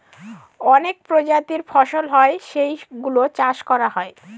অনেক প্রজাতির ফসল হয় যেই গুলো চাষ করা হয়